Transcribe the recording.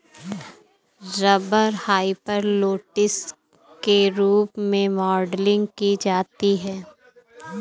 rubber hyperelastic के रूप में मॉडलिंग की जाती है